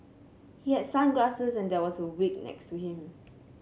he had sunglasses and there was a wig next to him